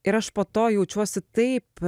ir aš po to jaučiuosi taip